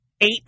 eight